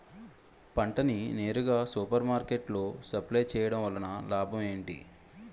పంట ని నేరుగా సూపర్ మార్కెట్ లో సప్లై చేయటం వలన లాభం ఏంటి?